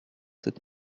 sept